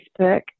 Facebook